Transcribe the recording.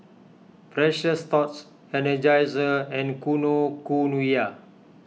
Precious Thots Energizer and Kinokuniya